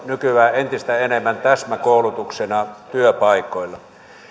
nykyään entistä enemmän täsmäkoulutuksena työpaikoilla